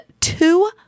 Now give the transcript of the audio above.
two